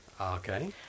Okay